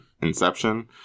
Inception